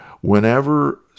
whenever